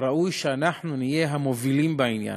ראוי שאנחנו נהיה המובילים בעניין.